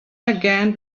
again